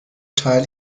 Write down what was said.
teil